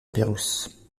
pérouse